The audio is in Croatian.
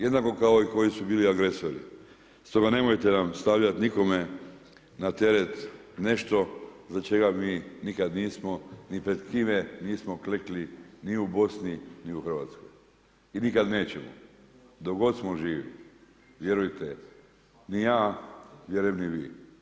Jednako kao i koji su bili agresori, stoga nemojte nam stavljati nikome na teret nešto za čega mi nikad nismo ni pred kime klekli ni u Bosni ni u Hrvatskoj i nikad nećemo dok god smo živi, vjerujte, ni ja, vjerujem ni vi.